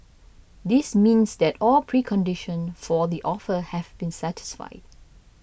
this means that all preconditions for the offer have been satisfied